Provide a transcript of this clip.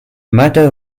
matter